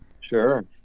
sure